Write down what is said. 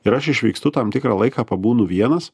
ir aš išvykstu tam tikrą laiką pabūnu vienas